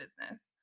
business